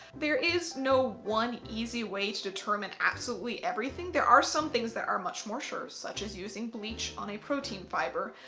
there is no one easy way to determine absolutely everything, there are some things that are much more sure such as using bleach on a protein fibre.